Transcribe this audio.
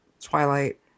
Twilight